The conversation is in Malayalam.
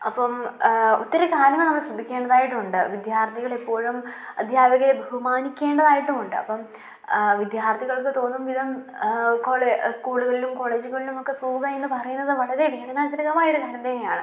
അപ്പം ഒത്തിരി കാര്യങ്ങൾ നമ്മൾ ശ്രദ്ധിക്കേണ്ടതായിട്ടുണ്ട് വിദ്യാർത്ഥികളെപ്പോഴും അദ്ധ്യാപകരെ ബഹുമാനിക്കേണ്ടതായിട്ടും ഉണ്ട് അപ്പം വിദ്യാർത്ഥികൾക്ക് തോന്നും വിധം കോളേ സ്കൂളുകളിലും കോളേജുകളിലുമൊക്കെ പോകുക എന്നു പറയുന്നത് വളരെ വേദനാജനകമായൊരു കാര്യം തന്നെയാണ്